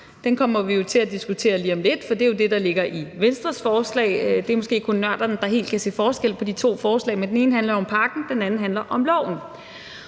Den kommer vi til at diskutere lige om lidt, for det er jo det, der ligger i Venstres forslag. Det er måske kun nørderne, der helt kan se forskel på de to forslag, men det ene handler om pakken, og det andet handler om loven.